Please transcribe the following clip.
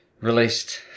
released